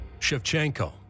Shevchenko